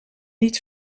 niet